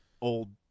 old